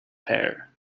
pair